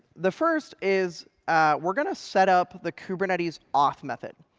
the first is we're going to set up the kubernetes auth method.